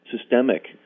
systemic